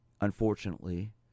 unfortunately